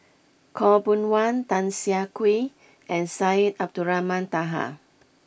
Khaw Boon Wan Tan Siah Kwee and Syed Abdulrahman Taha